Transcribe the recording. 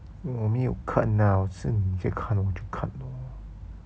我没有看 lah 我是你在看我就看 lor